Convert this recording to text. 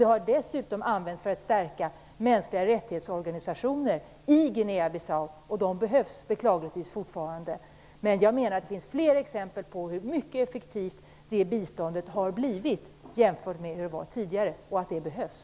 Det har dessutom använts för att stärka organisationer för mänskliga rättigheter i Guinea Bissau, och de behövs beklagligtvis fortfarande. Jag menar att det finns flera exempel på hur effektivt det biståndet har blivit jämfört med hur det var tidigare och att det behövs.